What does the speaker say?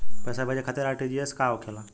पैसा भेजे खातिर आर.टी.जी.एस का होखेला?